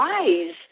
wise